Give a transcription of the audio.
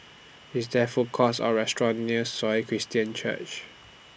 IS There Food Courts Or restaurants near Sion Christian Church